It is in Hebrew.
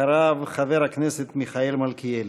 אחריו, חבר הכנסת מיכאל מלכיאלי.